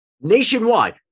Nationwide